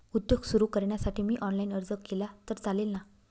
उद्योग सुरु करण्यासाठी मी ऑनलाईन अर्ज केला तर चालेल ना?